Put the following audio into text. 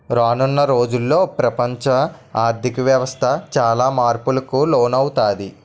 రానున్న రోజుల్లో ప్రపంచ ఆర్ధిక వ్యవస్థ చాలా మార్పులకు లోనవుతాది